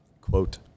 quote